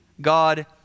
God